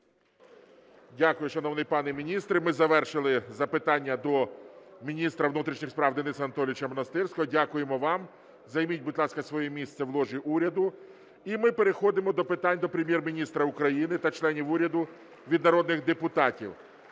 Дякую, шановний пане міністре. Ми звершили запитання до міністра внутрішніх справ Дениса Анатолійовича Монастирського. Дякуємо вам. Займіть, будь ласка, своє місце в ложі уряду. І ми переходимо до питань до Прем'єр-міністра України та членів уряду від народних депутатів.